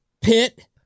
pit